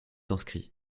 inscrits